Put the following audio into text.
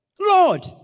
Lord